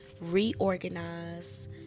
reorganize